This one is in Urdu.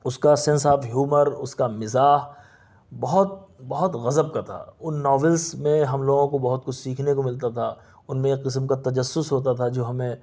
اس کا سینس آف ہیومر اس کا مزاح بہت بہت غضب کا تھا ان ناولس میں ہم لوگوں کو بہت کچھ سیکھنے کو ملتا تھا ان میں ایک قسم کا تجسس ہوتا تھا جو ہمیں